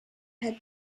had